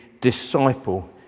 disciple